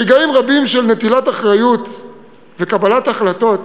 ברגעים רבים של נטילת אחריות וקבלת החלטות,